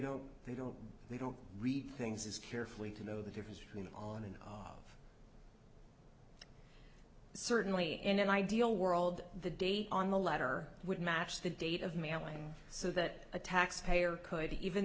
don't they don't they don't read things is carefully to know the difference between on and off certainly in an ideal world the date on the letter would match the date of mailing so that a taxpayer could even